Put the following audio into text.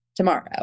tomorrow